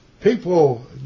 people